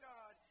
God